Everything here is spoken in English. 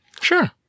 Sure